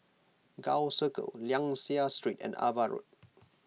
Gul Circle Liang Seah Street and Ava Road